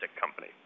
company